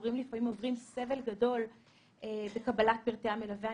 הורים לפעמים עוברים סבל גדול בקבלת פרטי המלווה.